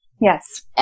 Yes